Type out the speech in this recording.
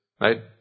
right